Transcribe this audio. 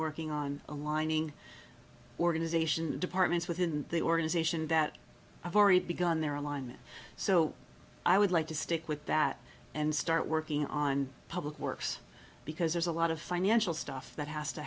working on aligning organization departments within the organization that have already begun their alignment so i would like to stick with that and start working on public works because there's a lot of financial stuff that has to